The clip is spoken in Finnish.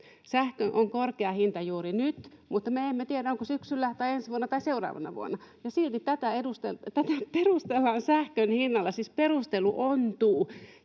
Sähköllä on korkea hinta juuri nyt, mutta me emme tiedä, onko syksyllä tai ensi vuonna tai seuraavana vuonna, ja silti tätä perustellaan sähkön hinnalla. Siis perustelu ontuu.